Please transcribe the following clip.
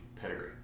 pedigree